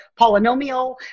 polynomial